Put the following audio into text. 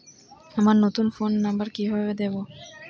আমার নতুন phone number কিভাবে দিবো?